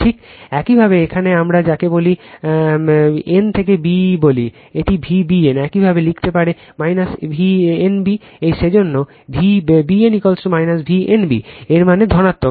ঠিক একইভাবে এখানে আমরা যাকে বলি যাকে আমরা n থেকে b বলি এটি Vbn একইভাবে লিখতে পারে V n b সেজন্য এটি Vbn V n b এর মানে ধনাত্মক